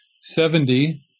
Seventy